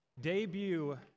debut